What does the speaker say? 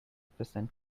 percent